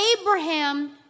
Abraham